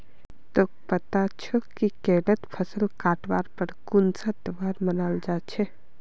तोक पता छोक कि केरलत फसल काटवार पर कुन्सा त्योहार मनाल जा छे